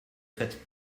faites